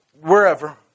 wherever